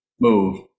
move